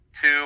two